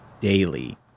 daily